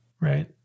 Right